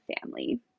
family